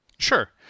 Sure